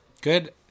Good